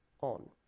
on